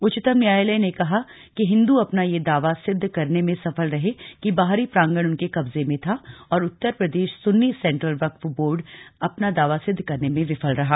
उच्चतम न्यायालय ने कहा कि हिन्दू अपना यह दावा सिद्ध करने में सफल रहे कि बाहरी प्रांगण उनके कब्जे में था और उत्तर प्रदेश सुन्नी सेंट्रल वक्फ बोर्ड अपना दावा सिद्ध करने में विफल रहा